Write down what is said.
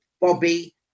Bobby